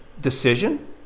decision